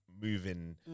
moving